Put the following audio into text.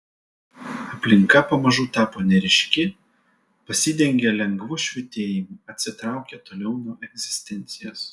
aplinka pamažu tapo neryški pasidengė lengvu švytėjimu atsitraukė toliau nuo egzistencijos